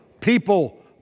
People